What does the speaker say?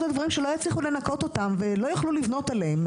שלא יצליחו לנקות אותן ולא יוכלו לבנות עליהן.